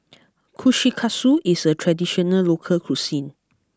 Kushikatsu is a traditional local cuisine